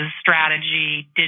strategy